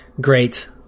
Great